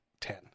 ten